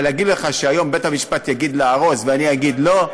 אבל להגיד לך שהיום בית-המשפט יגיד להרוס ואני אגיד לא?